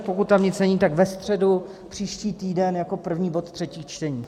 Pokud tam nic není, tak ve středu příští týden jako první bod třetích čtení.